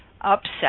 upset